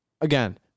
again